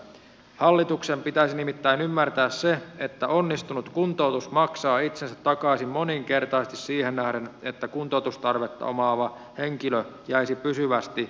hallituksen pitäisi nimittäin ymmärtää se että onnistunut kuntoutus maksaa itsensä takaisin moninkertaisesti siihen nähden että kuntoutustarvetta omaava henkilö jäisi pysyvästi työkyvyttömyyseläkkeelle